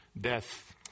death